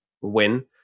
win